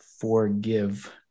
forgive